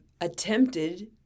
attempted